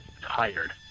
tired